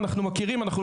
אנחנו מכירים את זה,